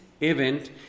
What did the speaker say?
event